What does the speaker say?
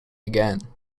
again